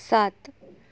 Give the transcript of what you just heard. સાત